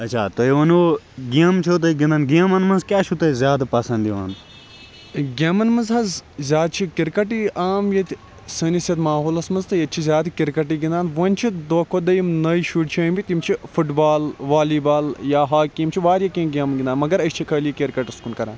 گیمَن مَنٛز حظ زیادٕ چھُ کِرکَٹٕے عام ییٚتہِ سٲنِس یتھ ماحولَس مَنٛز تہٕ ییٚتہِ چھِ زیادٕ کِرکَٹٕے گِنٛدان وۄنۍ چھِ دۄہ کھۄتہٕ دۄہ یِم نیے شُرۍ چھِ ٲمٕتۍ یِم چھِ فُٹ بال والی بال یا ہاکی یِم چھِ واریاہ کینٛہہ گیمہِ گِنٛدان مگر أسۍ چھِ خٲلی کِرکَٹَس کُن کَران